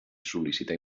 sol·licitar